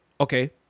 okay